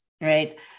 right